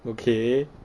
okay